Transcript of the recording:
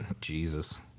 Jesus